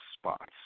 spots